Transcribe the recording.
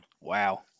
wow